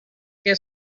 què